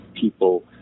People